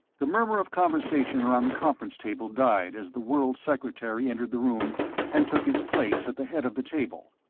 the murmur of conversation around the conference table died as the world secretary entered the room and took his place at the head of the table.